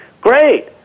Great